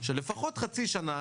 לפחות חצי שנה,